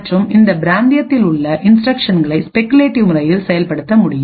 மற்றும் இந்த பிராந்தியத்தில் உள்ள இன்ஸ்டிரக்க்ஷன்களை ஸ்பெகுலேட்டிவ் முறையில் செயல்படுத்தவும் முடியும்